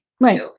Right